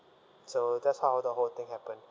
so that's how the whole thing happened